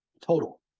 total